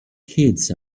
kids